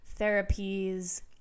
therapies